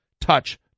touch